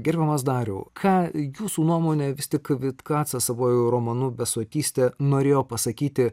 gerbiamas dariau ką jūsų nuomone vis tik vitkacas savuoju romanu besotystė norėjo pasakyti